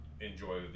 enjoy